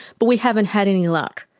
but we haven't had any luck.